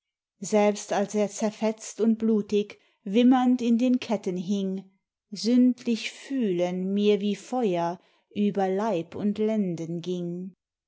selbst als er zerfetzt und blutig wimmernd in den ketten hing sündlich fühlen mir wie feuer über leib und lenden ging